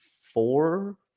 four